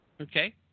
Okay